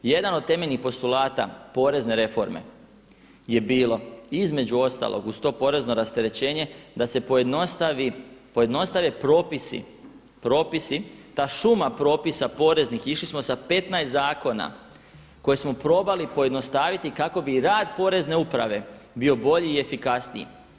Jedan od temeljnih postulata porezne reforme je bilo između ostalog uz to porezno rasterećenje da se pojednostave propisi, propisi, ta šuma propisa poreznih, išli smo sa 15 zakona, koje smo probali pojednostaviti kako bi rad porezne uprave bio bolji i efikasniji.